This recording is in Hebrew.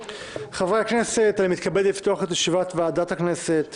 חברי הכנסת, אני מתכבד לפתוח את ישיבת ועדת הכנסת.